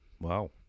Wow